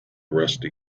rusty